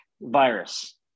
virus